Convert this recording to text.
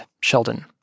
Sheldon